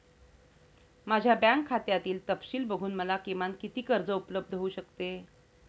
माझ्या बँक खात्यातील तपशील बघून मला किमान किती कर्ज उपलब्ध होऊ शकते?